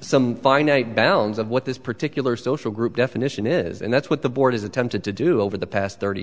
some finite bounds of what this particular social group definition is and that's what the board has attempted to do over the past thirty